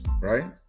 right